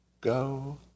Go